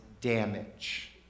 damage